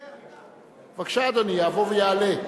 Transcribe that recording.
בבקשה, אדוני, יבוא ויעלה.